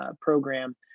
program